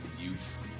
youth